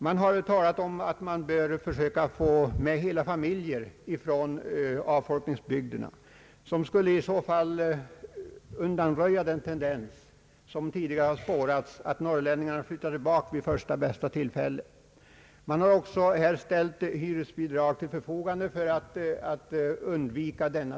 Man har talat om att försöka flytta hela familjer från avfolkningsbygderna, vilket i så fall skulle undanröja den tendens som tidigare har spårats att norrlänningarna flyttar tillbaka vid första bästa tillfälle. Man har också ställt hyresbidrag till förfogande för att undvika detta.